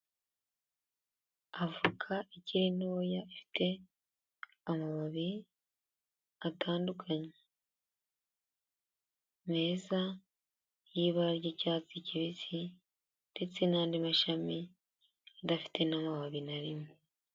Avoka ikiri ntoya ifite amababi atandukanye meza y'ibara ry'icyatsi kibisi, ndetse n'andi mashami adafite n'amababi na rimwe.